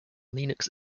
linux